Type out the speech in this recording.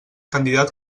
candidat